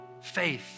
Faith